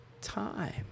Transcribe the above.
time